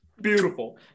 Beautiful